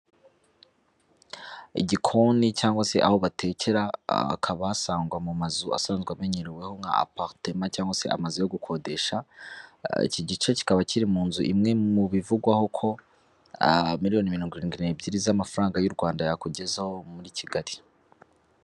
Igikoni cyangwa se aho batekera, hakaba hasangwa mu mazu asanzwe amenyereweho nka apartment, cyangwa se amazu yo gukodesha, iki gice kikaba kiri mu nzu imwe mu bivugwaho ko miliyoni mirongo irindwi n'ebyiri z'amafaranga y'u Rwanda, yakugezaho muri Kigali.